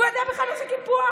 הוא יודע בכלל מה זה קיפוח?